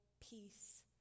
peace